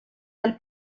del